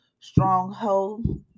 stronghold